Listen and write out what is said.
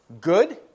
good